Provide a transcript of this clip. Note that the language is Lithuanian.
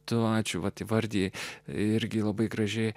tu ačiū vat įvardija irgi labai graži